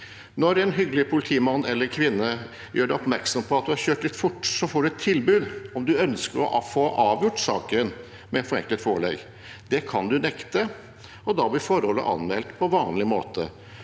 Når en hyggelig politimann eller -kvinne gjør deg oppmerksom på at du har kjørt litt fort, får du et tilbud om du ønsker å få avgjort saken med forenklet forelegg. Det kan du nekte, og da blir forholdet anmeldt på vanlig måte.